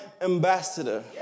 ambassador